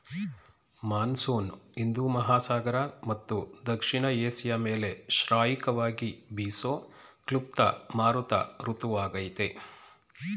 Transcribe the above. monsoon ಹಿಂದೂ ಮಹಾಸಾಗರ ಮತ್ತು ದಕ್ಷಿಣ ಏಷ್ಯ ಮೇಲೆ ಶ್ರಾಯಿಕವಾಗಿ ಬೀಸೋ ಕ್ಲುಪ್ತ ಮಾರುತ ಋತುವಾಗಯ್ತೆ